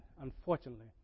unfortunately